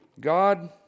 God